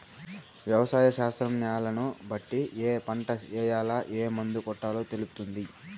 వ్యవసాయ శాస్త్రం న్యాలను బట్టి ఏ పంట ఏయాల, ఏం మందు కొట్టాలో తెలుపుతుంది